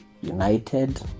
United